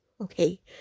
Okay